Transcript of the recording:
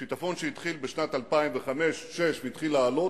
שיטפון שהתחיל ב-2005 2006 והתחיל לעלות,